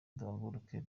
duhaguruke